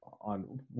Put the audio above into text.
on